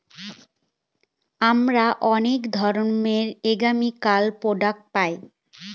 আমরা অনেক ধরনের এগ্রোকেমিকাল প্রডাক্ট পায়